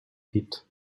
eat